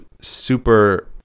super